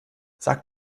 sag